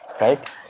right